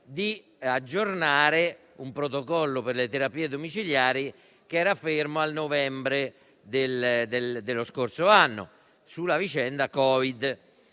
di aggiornare un protocollo per le terapie domiciliari fermo al novembre dello scorso anno, sulla vicenda Covid-19.